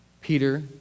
Peter